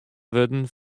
wurden